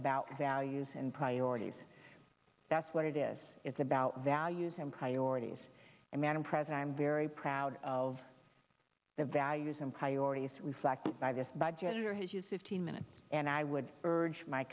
about values and priorities that's what it is it's about values and priorities and man i'm president i'm very proud of the values and priorities reflected by this budget or his use of fifteen minutes and i would urge my